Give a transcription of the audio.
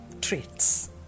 traits